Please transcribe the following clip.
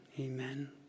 amen